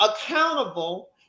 accountable